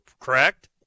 correct